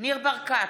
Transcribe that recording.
ניר ברקת,